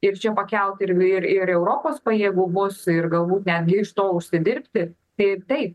ir čia pakelt ir ir europos pajėgumus ir gal būt netgi iš to užsidirbti tai taip